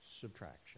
subtraction